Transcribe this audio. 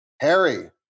Harry